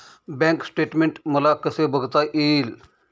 Bank statement मला कसे बघता येईल?